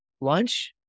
lunch